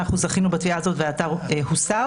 אנחנו זכינו בתביעה הזאת, והאתר הוסר.